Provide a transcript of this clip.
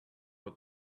for